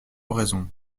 oraison